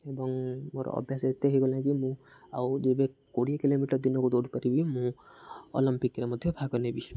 ଏବଂ ମୋର ଅଭ୍ୟାସ ଏତେ ହୋଇଗଲା କି ମୁଁ ଆଉ ଯେବେ କୋଡ଼ିଏ କିଲୋମିଟର ଦିନକୁ ଦୌଡ଼ି ପାରିବି ମୁଁ ଅଲମ୍ପିକ୍ରେ ମଧ୍ୟ ଭାଗ ନେବି